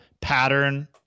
pattern